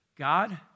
God